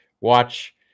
watch